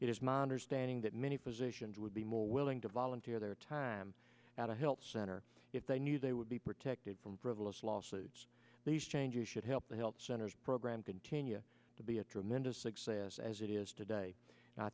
is my understanding that many physicians would be more willing to volunteer their time at a health center if they knew they would be protected from frivolous lawsuits these changes should help the health centers program continue to be a tremendous success as it is today